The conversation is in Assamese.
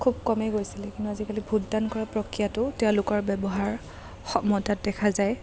খুব কমেই গৈছিলে কিন্তু আজিকালি ভোটদান কৰা প্ৰক্ৰিয়াটো তেওঁলোকৰ ব্যৱহাৰ সমতাত দেখা যায়